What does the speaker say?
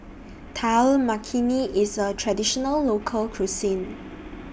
Dal Makhani IS A Traditional Local Cuisine